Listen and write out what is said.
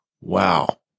Wow